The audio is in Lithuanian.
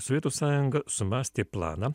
sovietų sąjunga sumąstė planą